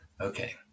Okay